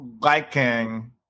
liking